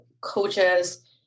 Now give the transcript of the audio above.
coaches